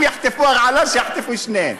אם יחטפו הרעלה, שיחטפו שניהם.